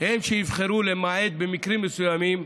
הם שיבחרו, למעט במקרים מסוימים,